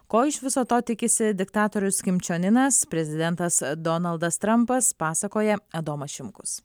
ko iš viso to tikisi diktatorius kim čion inas prezidentas donaldas trampas pasakoja edomas šimkus